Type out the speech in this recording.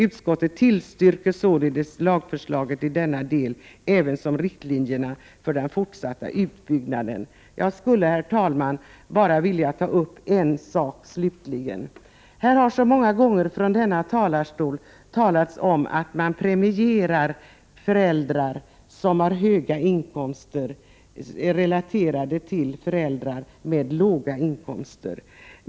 Utskottet tillstyrker således lagförslaget i denna del, ävensom riktlinjerna för den fortsatta utbyggnaden. Jag skulle, herr talman, bara vilja ta upp ytterligare en sak. Här har så många gånger från denna talarstol talats om att föräldrar som har höga inkomster premieras i relation till föräldrar med låga inkomster.